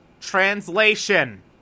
Translation